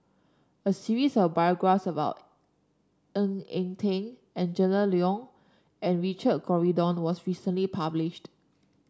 a series of about Ng Eng Teng Angela Liong and Richard Corridon was recently published